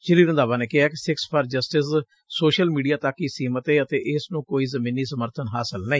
ਸ੍ਰੀ ਰੰਧਾਵਾ ਨੇ ਕਿਹਾ ਕਿ Sikhs for justice social media ਤੱਕ ਹੀ ਸੀਮਿਤ ਏ ਅਤੇ ਇਸ ਨੂੰ ਕੋਈ ਜ਼ਮੀਨੀ ਸਮਰਬਨ ਹਾਸਲ ਨਹੀਂ